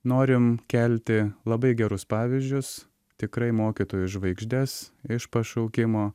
norim kelti labai gerus pavyzdžius tikrai mokytojus žvaigždes iš pašaukimo